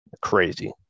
Crazy